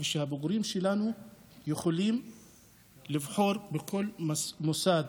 ושהבוגרים שלנו יוכלו לבחור בכל מוסד